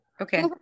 Okay